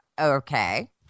Okay